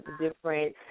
different